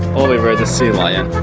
oliver the sea lion